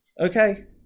Okay